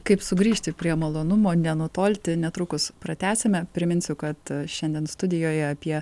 kaip sugrįžti prie malonumo nenutolti netrukus pratęsime priminsiu kad šiandien studijoje apie